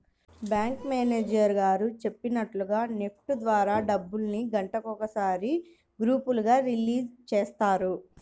bank manager గారు చెప్పినట్లుగా NEFT ద్వారా డబ్బుల్ని గంటకొకసారి గ్రూపులుగా రిలీజ్ చేస్తారు